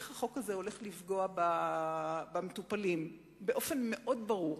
איך החוק הזה הולך לפגוע במטופלים באופן מאוד ברור.